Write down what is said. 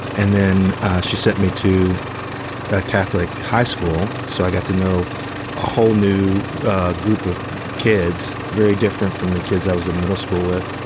and then she sent me to a catholic high school, so i got to know a whole new group of kids, very different from the kids i was in middle school with.